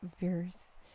verse